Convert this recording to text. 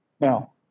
Now